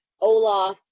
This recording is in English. Olaf